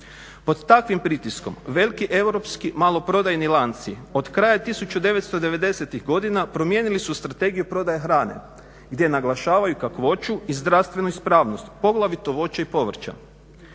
Pod takvim pritiskom veliki europski maloprodajni lanci od kraja 1990.-ih godina promijenili su strategiju prodaje hrane gdje naglašavaju kakvoću i zdravstvenu ispravnost poglavito voća i povrća.